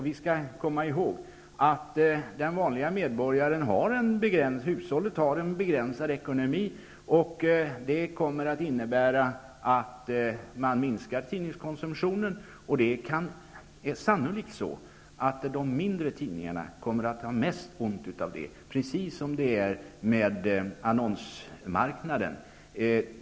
Vi skall komma ihåg att det vanliga hushållet har en begränsad ekonomi. Det kommer att innebära en minskad tidningskonsumtion, och det är sannolikt att de mindre tidningarna kommer att ha mest ont av den minskade tidningskonsumtionen -- precis som det är med annonsmarknaden.